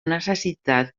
necessitat